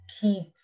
keep